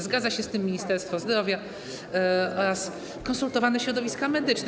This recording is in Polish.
Zgadza się z tym Ministerstwo Zdrowia oraz konsultowane środowiska medyczne.